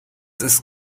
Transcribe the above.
ist